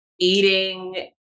eating